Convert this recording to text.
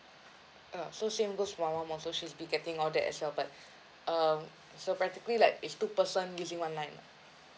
uh so same goes for my mum also she should be getting all that as well but um so practically like it's two person using one line lah